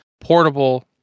portable